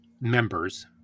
members